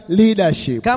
leadership